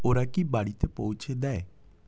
ওরা কি বাড়িতে পৌঁছে দেয়